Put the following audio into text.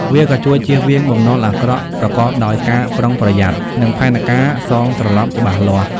វាក៏ជួយជៀសវាងបំណុលអាក្រក់ ប្រកបដោយការប្រុងប្រយ័ត្ន និងផែនការសងត្រលប់ច្បាស់លាស់។